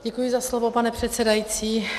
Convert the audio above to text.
Děkuji za slovo, pane předsedající.